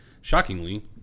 Shockingly